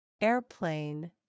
Airplane